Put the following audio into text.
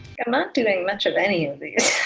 i'm not doing much of any of these.